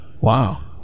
Wow